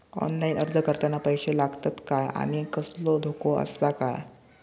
Online अर्ज करताना पैशे लागतत काय आनी कसलो धोको आसा काय?